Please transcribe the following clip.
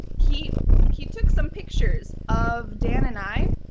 he he took some pictures of dan and i.